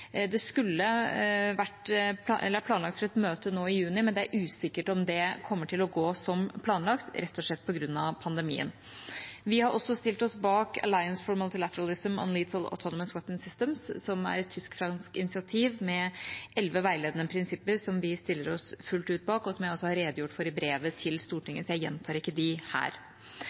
Det er planlagt et møte nå i juni, men det er usikkert om det kommer til å gå som planlagt, rett og slett på grunn av pandemien. Vi har også stilt oss bak Alliance for Multilateralism on Lethal Autonomous Weapons Systems, som er et tysk-fransk initiativ med elleve veiledende prinsipper som vi stiller oss fullt ut bak, og som jeg har redegjort for i brevet til Stortinget, så jeg gjentar dem ikke her.